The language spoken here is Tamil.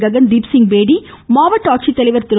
ககன்தீப்சிங் பேடி மாவட்ட ஆட்சித்தலைவர் திரு